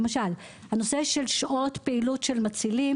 למשל הנושא של שעות הפעילות של המצילים